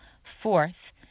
Fourth